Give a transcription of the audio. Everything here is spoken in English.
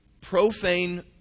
Profane